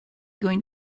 going